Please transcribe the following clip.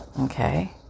okay